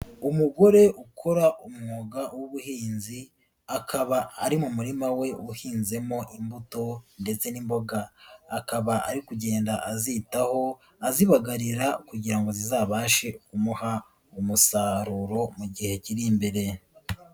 Umugore ukora umwuga w'ubuhinzi, akaba ari mu murima we wahinzemo imbuto ndetse n'imboga akaba ari kugenda azitaho azibagarira kugira ngo zizabashe kumuha umusaruro mu gihe kiri imbere.